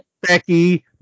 Becky